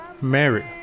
Mary